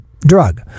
drug